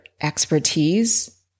expertise